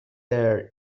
their